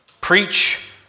preach